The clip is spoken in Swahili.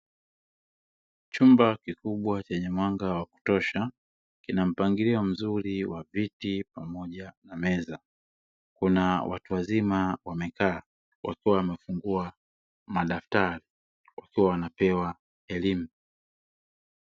Chumba kikubwa chenye mwanga wa kutosha kina mpangilio mzuri wa viti pamoja na meza, kuna watu wazima wamekaa wakiwa wamefungua madaftari wakiwa wanapewa elimu.